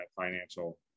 financial